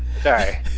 sorry